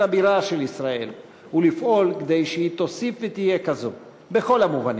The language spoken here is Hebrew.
הבירה של ישראל ולפעול כדי שהיא תוסיף ותהיה כזו בכל המובנים: